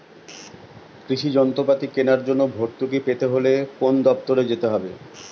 কৃষি যন্ত্রপাতি কেনার জন্য ভর্তুকি পেতে হলে কোন দপ্তরে যেতে হবে?